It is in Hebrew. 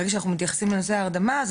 ברגע שאנחנו מתייחסים לנושא ההרדמה אנחנו